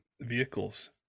vehicles